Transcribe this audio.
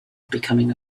becoming